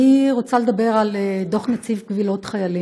אני רוצה לדבר על דוח נציב קבילות חיילים,